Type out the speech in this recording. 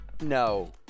No